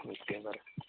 okay sir